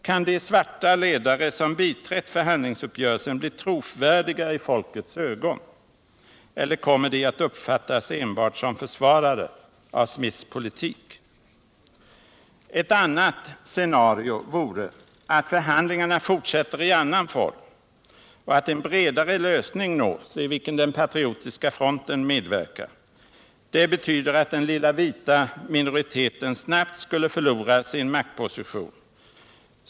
Kan de svarta ledare som biträtt förhandlingsuppgörelsen bli trovärdiga i folkets ögon? Eller kommer de att uppfattas enbart som försvarare av Smiths politik? Ett annat scenario vore att förhandlingarna fortsätter i annan form och att en bredare lösning nås, i vilken den Patriotiska fronten medverkar. Det betyder att den lilla vita minoriteten snabbt skulle förlora sin maktposition.